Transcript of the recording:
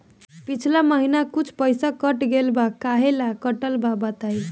पिछला महीना कुछ पइसा कट गेल बा कहेला कटल बा बताईं?